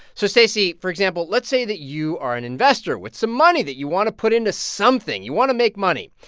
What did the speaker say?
so stacey, for example, let's say that you are an investor with some money that you want to put into something. you want to make money.